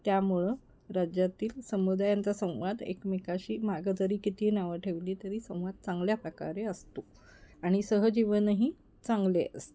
त्यामुळं राज्यातील समुदायांचा संवाद एकमेकाशी मागं जरी किती नावं ठेवली तरी संवाद चांगल्या प्रकारे असतो आणि सहजीवनही चांगले असते